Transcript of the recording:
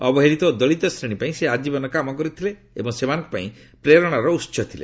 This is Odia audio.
ଅବହେଳିତ ଓ ଦଳିତ ଶ୍ରେଣୀ ପାଇଁ ସେ ଆକ୍ରୀବନ କାମ କରିଥିଲେ ଏବଂ ସେମାନଙ୍କ ପାଇଁ ପ୍ରେରଣାର ଉସ ଥିଲେ